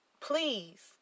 Please